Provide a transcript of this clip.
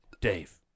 Dave